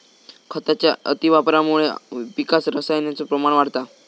खताच्या अतिवापरामुळा पिकात रसायनाचो प्रमाण वाढता